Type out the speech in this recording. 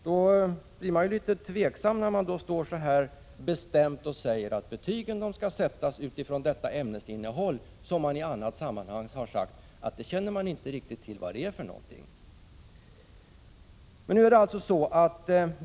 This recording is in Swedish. Jag blir litet fundersam när jag här hör Birgitta Rydle bestämt säga att betygen skall sättas utifrån detta ämnesinnehåll. Men i ett annat sammanhang har hon sagt att hon inte riktigt känner till vad det är för något.